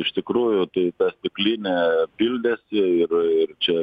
iš tikrųjų tai ta stiklinė pildėsi ir ir čia